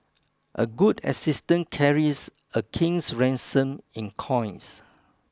a good assistant carries a king's ransom in coins